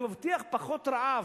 אני מבטיחה פחות רעב,